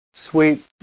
Sweet